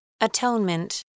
Atonement